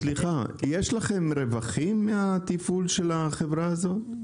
סליחה, יש לכם רווחים מהתפעול של החברה הזו?